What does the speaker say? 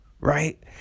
right